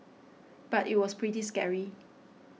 but it was pretty scary